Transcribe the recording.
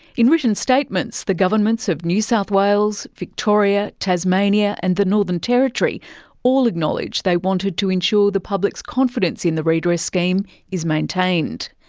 in written statements, the governments of new south wales, victoria, tasmania and the northern territory all acknowledge they wanted to ensure the public's confidence in the redress scheme is maintained.